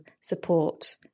support